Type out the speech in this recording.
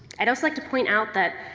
i'd also like to point out that